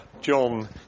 John